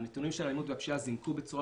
הנתונים של האלימות והפשיעה זינקו בצורה